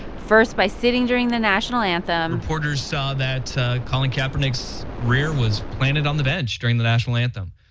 first by sitting during the national anthem. reporters saw that colin kaepernick's rear was planted on the bench during the national anthem.